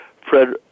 Fred